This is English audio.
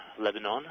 Lebanon